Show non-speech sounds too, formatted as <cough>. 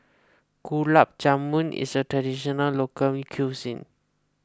Gulab Jamun is a traditional local re <unintelligible>